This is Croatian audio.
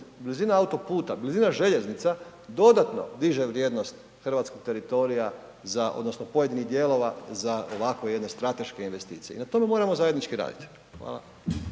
blizina autoputa, blizina željeznica dodatno diže vrijednost hrvatskog teritorija za, odnosno pojedinih dijelova za ovako jedne strateške investicije i na tome moramo zajednički raditi. Hvala.